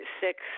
six